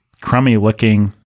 crummy-looking